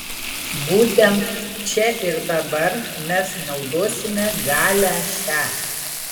būtent čia ir dabar mes naudosime galią šią